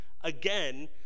again